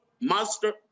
master